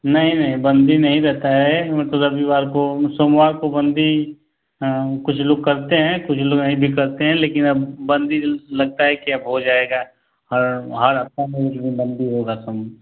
नहीं नहीं बंदी नहीं रहता है मतलब रविवार को सोमवार को बंदी कुछ लोग करते हैं कुछ लोग नहीं भी करते हैं लेकिन अब बंदी लगता है की अब हो जाएगा हर हर हफ्ता में एक दिन बंदी होगा कहीं